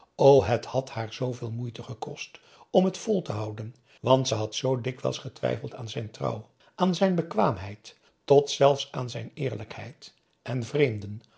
het had haar zooveel moeite gekost om t vol te houden want ze had zoo dikwijls getwijfeld aan zijn trouw aan zijn bekwaamheid tot zelfs aan zijn eerlijkheid en vreemden